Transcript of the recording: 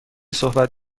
صحبت